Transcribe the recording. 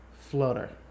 flutter